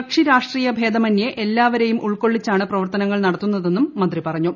കക്ഷിരാഷ്ട്രീയ ഭേദമന്യേ എല്ലാവരെയും ഉൾക്കൊള്ളിച്ചാണ് പ്രവർത്തനങ്ങൾ നടത്തുന്നതെന്നും മന്ത്രി പറഞ്ഞു